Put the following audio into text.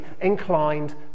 inclined